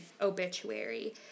obituary